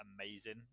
amazing